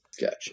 Gotcha